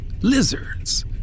Lizards